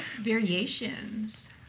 Variations